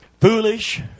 foolish